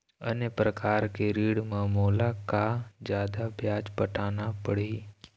अन्य प्रकार के ऋण म मोला का जादा ब्याज पटाना पड़ही?